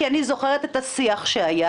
כי אני זוכרת את השיח שהיה,